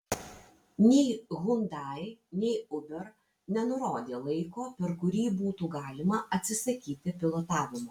nei hyundai nei uber nenurodė laiko per kurį būtų galima atsisakyti pilotavimo